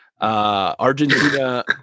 Argentina